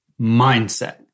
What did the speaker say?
mindset